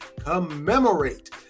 commemorate